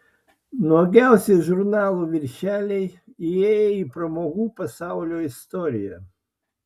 nuogiausi žurnalų viršeliai įėję į pramogų pasaulio istoriją